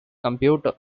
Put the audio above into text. computer